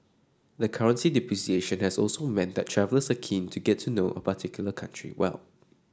the currency depreciation has also meant that travellers are keen to get to know a particular country well